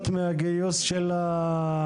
מנחה אותך